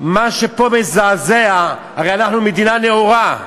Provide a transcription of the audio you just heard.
מה שפה מזעזע, הרי אנחנו מדינה נאורה.